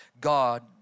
God